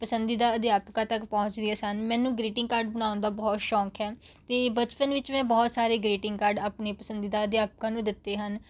ਪਸੰਦੀਦਾ ਅਧਿਆਪਕਾਂ ਤੱਕ ਪਹੁੰਚਦੀਆਂ ਸਨ ਮੈਨੂੰ ਗਰੀਟਿੰਗ ਕਾਰਡ ਬਣਾਉਣ ਦਾ ਬਹੁਤ ਸ਼ੌਕ ਹੈ ਅਤੇ ਬਚਪਨ ਵਿੱਚ ਮੈਂ ਬਹੁਤ ਸਾਰੇ ਗਰੀਟਿੰਗ ਕਾਰਡ ਆਪਣੇ ਪਸੰਦੀਦਾ ਅਧਿਆਪਕਾਂ ਨੂੰ ਦਿੱਤੇ ਹਨ